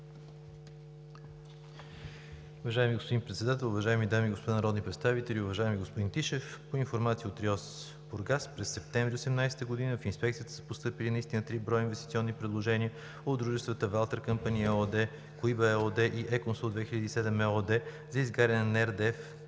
Уважаеми господин Председател, уважаеми дами и господа народни представители! Уважаеми господин Тишев, по информация от РИОСВ – Бургас, през месец септември 2018 г. в Инспекцията са постъпили наистина три броя инвестиционни предложения от дружествата „Валтер Къмпани“ ЕООД, „Коиба“ ЕООД и „Е-консулт 2007“ ЕООД за изгаряне на RDF